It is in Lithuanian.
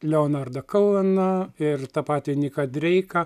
leonardą kouveną ir tą patį niką dreiką